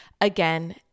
again